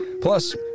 Plus